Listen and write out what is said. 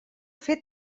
fer